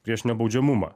prieš nebaudžiamumą